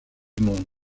monde